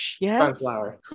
yes